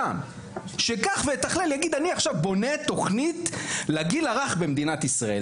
שייקח ויתכלל ויגיד 'אני בונה תוכנית לגיל הרך במדינת ישראל'.